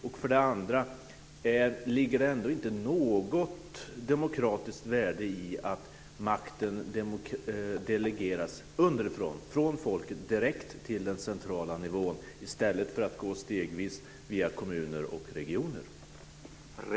Min andra fråga: Ligger det ändå inte något demokratiskt värde i att makten delegeras underifrån, från folket direkt till den centrala nivån, i stället för att gå stegvis via kommuner och regioner?